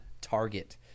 target